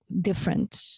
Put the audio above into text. different